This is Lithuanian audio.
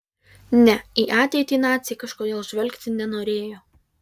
ne į ateitį naciai kažkodėl žvelgti nenorėjo